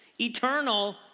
eternal